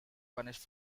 punished